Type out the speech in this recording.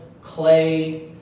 clay